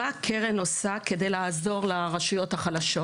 מה הקרן עושה כדי לעזור לרשויות החלשות?